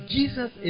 Jesus